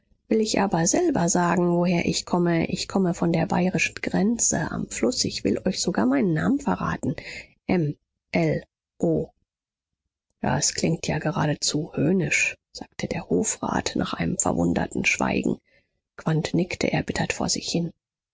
will ich aber selber sagen woher ich komme ich komme von der bayrischen grenze am fluß ich will euch sogar meinen namen verraten m l o das klingt ja geradezu höhnisch sagte der hofrat nach einem verwunderten schweigen quandt nickte erbittert vor sich hin